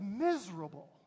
miserable